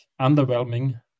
underwhelming